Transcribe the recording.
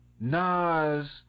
Nas